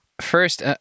first